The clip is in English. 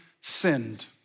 sinned